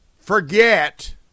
Forget